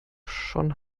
schon